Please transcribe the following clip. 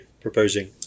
proposing